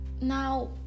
now